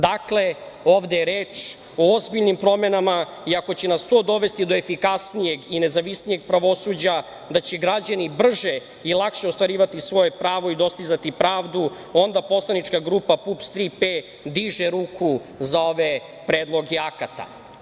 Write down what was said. Dakle, ovde je reč o ozbiljnim promenama i ako će nas to dovesti do efikasnijeg i nezavisnijeg pravosuđa, da će građani brže i lakše ostvarivati svoje pravo i dostizati pravdu, onda Poslanika grupa PUPS „Tri P“ diže ruku za ove predloge akata.